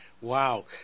Wow